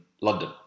London